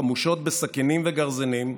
חמושות בסכינים וגרזנים,